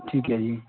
ਠੀਕ ਹੈ ਜੀ